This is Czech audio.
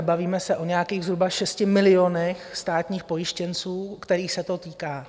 Bavíme se o nějakých zhruba 6 milionech státních pojištěnců, kterých se to týká.